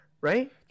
right